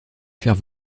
faire